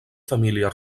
família